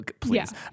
please